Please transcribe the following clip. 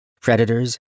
Predators